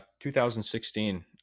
2016